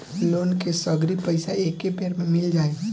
Loan के सगरी पइसा एके बेर में मिल जाई?